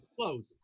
Close